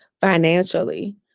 financially